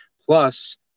plus